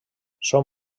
són